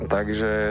Takže